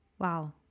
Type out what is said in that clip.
Wow